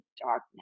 darkness